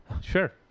Sure